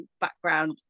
background